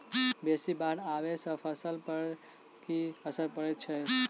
बेसी बाढ़ आबै सँ फसल पर की असर परै छै?